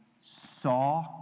saw